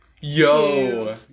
Yo